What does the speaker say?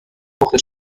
پخته